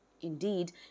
Indeed